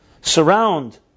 surround